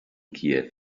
kiew